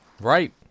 Right